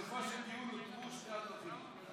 בסופו של הדיון הותרו שתי הדרכים.